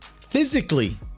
physically